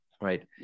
right